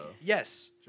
Yes